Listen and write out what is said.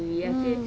mm